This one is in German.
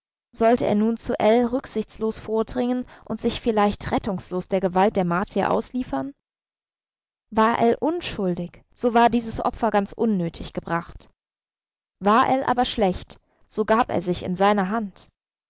sollte er nun zu ell rücksichtslos vordringen und sich vielleicht rettungslos der gewalt der martier ausliefern war ell unschuldig so war dieses opfer ganz unnötig gebracht war ell aber schlecht so gab er sich in seine hand